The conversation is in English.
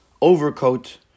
overcoat